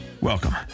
Welcome